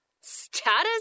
Status